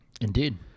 indeed